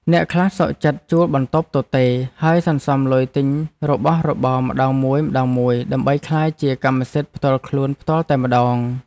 អ្នកខ្លះសុខចិត្តជួលបន្ទប់ទទេរហើយសន្សំលុយទិញរបស់របរម្ដងមួយៗដើម្បីក្លាយជាកម្មសិទ្ធិផ្ទាល់ខ្លួនផ្ទាល់តែម្ដង។